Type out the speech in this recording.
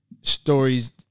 stories